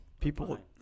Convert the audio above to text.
people